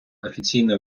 офіційне